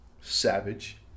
savage